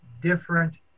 different